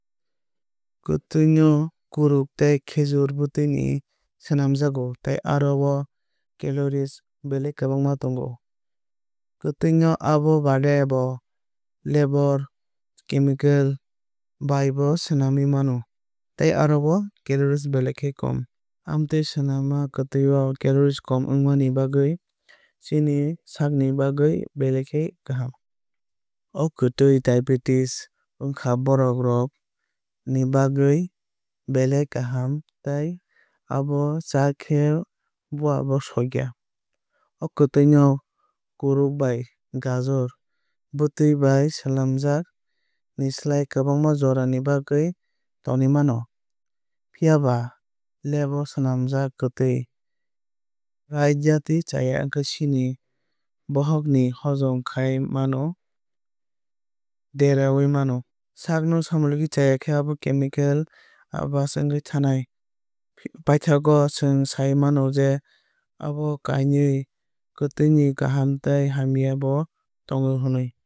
Kwtwui no kuruk tei khejoor bwtwui ni swnamjago tei aro o calorie belai kwbangma tongo. Kwtwui no abo baade bo labo chemical bai bo swnamwui mano tei aro o calorie belai kom. Amtwui swnamjak kwtwui o calorie kom wngma bai chini sakni bagwui belai kaham. O kwtwui diabetes ongjak borok rok ni bagwui belai kaham tei abo chakhe bowa bo sokya. O kwtwui no kuruk bai khejoor bwtwui bai swlamjak ni sai kwbangma jora ni bagwui tonwui mano. Phiaba labo swlamjak kwtwui raidatwui chaya wngkhe chini bohokni hozom khai mano derarwui mano. Sakno samlogwui chaya khe abo chamani abbas wngwui thanai. Paithago chwng sai mano je abo kainwui kwtwui ni kaham tei hamya bo tongo hinoi.